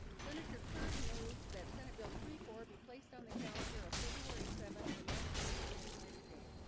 senator curd moves that senate bill twenty four be placed on the calendar of february seventh the nineteenth legislative day